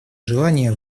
желание